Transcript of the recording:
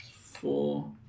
four